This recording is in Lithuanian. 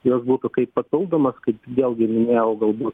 jos būtų kaip papildomas kaip vėlgi minėjau galbūt